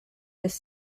his